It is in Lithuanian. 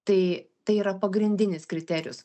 tai tai yra pagrindinis kriterijus